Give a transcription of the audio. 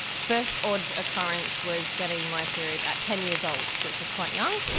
first odd occurrence was getting my period at ten years old, which is quite young.